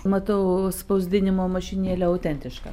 matau spausdinimo mašinėlė autentiška